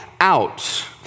out